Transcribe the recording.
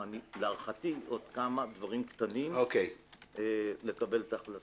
להערכתי נדרשים עוד כמה דברים קטנים כדי לקבל את ההחלטה.